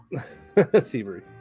Thievery